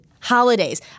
Holidays